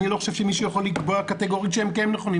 אני לא חושב שמישהו יכול לקבוע קטגורית שהם כן נכונים,